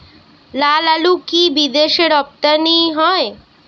লালআলু কি বিদেশে রপ্তানি হয়?